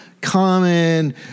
common